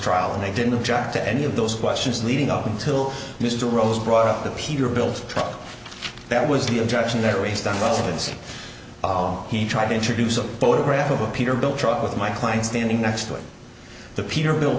trial and i didn't object to any of those questions leading up until mr rose brought up the peterbilt truck that was the attraction there race doesn't say he tried to introduce a photograph of a peterbilt truck with my client standing next to it the peterbilt